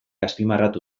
azpimarratu